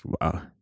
wow